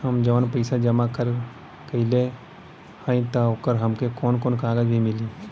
हम जवन पैसा जमा कइले हई त ओकर हमके कौनो कागज भी मिली?